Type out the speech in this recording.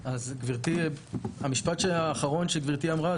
המשפט האחרון שגברתי אמרה,